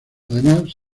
además